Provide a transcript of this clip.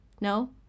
No